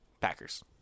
Packers